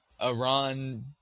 Iran